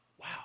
wow